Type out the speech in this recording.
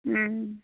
ও